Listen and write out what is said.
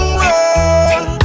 world